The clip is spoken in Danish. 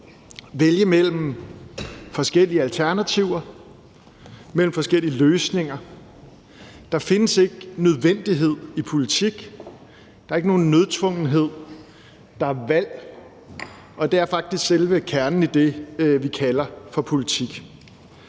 vælge mellem forskellige alternativer, mellem forskellige løsninger. Der findes ikke nødvendighed i politik. Der er ikke nogen nødtvungenhed, der er valg, og det er faktisk selve kernen i det, vi kalder for politik.